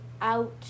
out